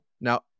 now